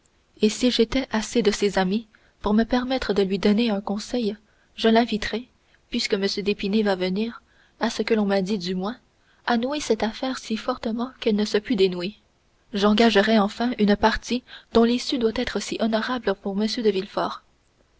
et si j'étais assez de ses amis pour me permettre de lui donner un conseil je l'inviterais puisque m d'épinay va revenir à ce que l'on m'a dit du moins à nouer cette affaire si fortement qu'elle ne se pût dénouer j'engagerais enfin une partie dont l'issue doit être si honorable pour m de